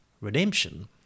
redemption